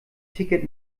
ticket